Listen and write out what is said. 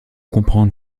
comprendre